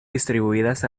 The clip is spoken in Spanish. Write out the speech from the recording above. distribuidas